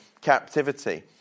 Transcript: captivity